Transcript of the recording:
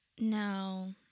No